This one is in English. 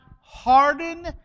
harden